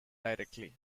directly